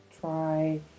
try